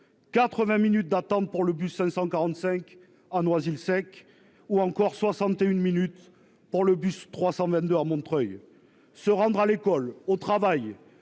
80 minutes d'attente pour le bus 545 à Noisy-le-Sec ou encore 61 minutes pour le bus 322 à Montreuil, se rendre à l'école, au travail